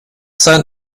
sein